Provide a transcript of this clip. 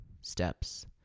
steps